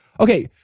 Okay